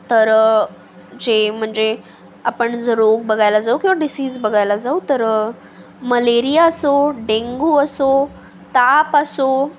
तर जे म्हणजे आपण जर रोग बघायला जाऊ किंवा डिसीज बघायला जाऊ तर मलेरिया असो डेंगू असो ताप असो